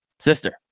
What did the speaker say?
sister